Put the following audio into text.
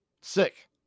Sick